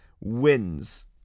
wins